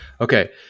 Okay